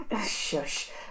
Shush